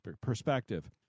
perspective